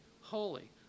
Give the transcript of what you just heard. holy